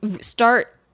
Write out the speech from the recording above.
start